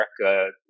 America